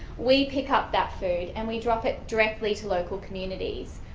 we pick up that food and we drop it directly to local communities.